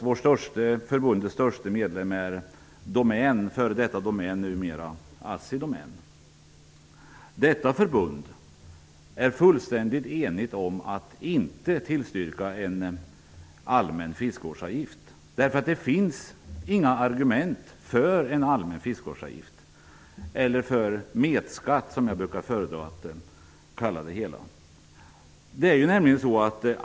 Förbundets förmodligen störste fiskevattenägare är f.d. Domän, numera Assidomän. Förbundet är fullständigt enigt om att inte tillstyrka en allmän fiskevårdsavgift, eftersom det inte finns några argument för en allmän fiskevårdsavgift eller metskatt, som jag brukar föredra att kalla den.